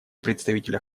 представителя